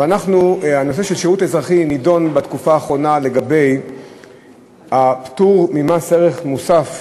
הנושא של שירות אזרחי נדון בתקופה האחרונה לגבי הפטור ממס ערך מוסף,